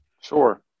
Sure